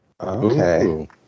Okay